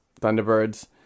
Thunderbirds